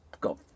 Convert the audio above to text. got